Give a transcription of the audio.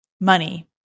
money